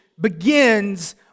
begins